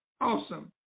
awesome